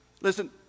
Listen